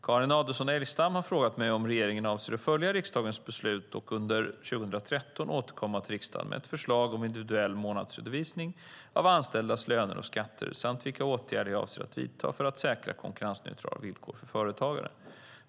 Carina Adolfsson Elgestam har frågat mig om regeringen avser att följa riksdagens beslut och under 2013 återkomma till riksdagen med ett förslag om individuell månadsredovisning av anställdas löner och skatter samt vilka åtgärder jag avser att vidta för att säkra konkurrensneutrala villkor för företagare.